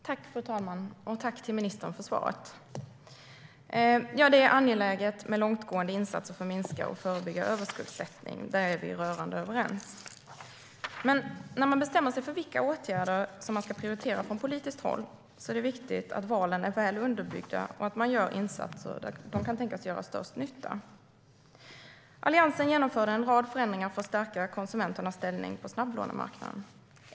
Fru talman! Jag tackar ministern för svaret. Det är angeläget med långtgående insatser för att minska och förebygga överskuldsättning. Där är vi rörande överens. Men när man bestämmer sig för vilka åtgärder man ska prioritera från politiskt håll är det viktigt att valen är väl underbyggda och att man gör insatser där de kan tänkas göra störst nytta. Alliansen genomförde en rad förändringar för att stärka konsumenternas ställning på snabblånemarknaden.